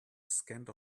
scent